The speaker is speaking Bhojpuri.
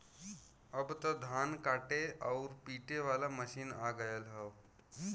अब त धान काटे आउर पिटे वाला मशीन आ गयल हौ